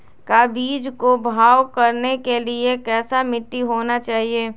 का बीज को भाव करने के लिए कैसा मिट्टी होना चाहिए?